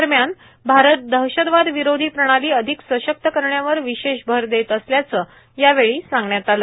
दरम्यान भारत दहशतवाद विरोधी प्रणाली अधिक सशक्त करण्यावर विशेष भर देत असल्याच यावेळी सांगण्यात आलं